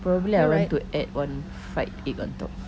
probably I want to add one fried egg on top